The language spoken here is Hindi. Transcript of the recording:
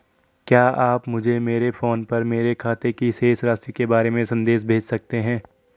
क्या आप मुझे मेरे फ़ोन पर मेरे खाते की शेष राशि के बारे में संदेश भेज सकते हैं?